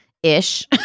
Ish